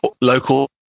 local